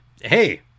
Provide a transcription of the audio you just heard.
Hey